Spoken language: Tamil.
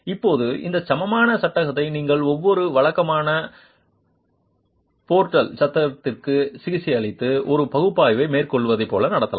இப்போது இந்த சமமான சட்டகத்தை நீங்கள் ஒரு வழக்கமான போர்டல் சட்டகத்திற்கு சிகிச்சையளித்து ஒரு பகுப்பாய்வை மேற்கொள்வதைப் போல நடத்தலாம்